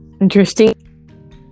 Interesting